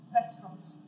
restaurants